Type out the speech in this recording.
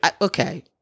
Okay